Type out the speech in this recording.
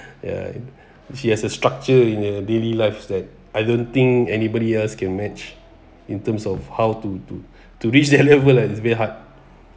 ya she has a structure in her daily life that I don't think anybody else can match in terms of how to to to reach that level lah it's very hard